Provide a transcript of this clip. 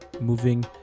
moving